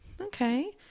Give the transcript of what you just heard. Okay